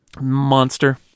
monster